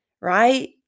right